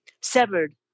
severed